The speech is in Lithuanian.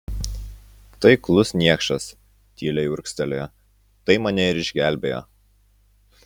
taiklus niekšas tyliai urgztelėjo tai mane ir išgelbėjo